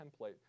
template